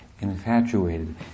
infatuated